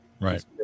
Right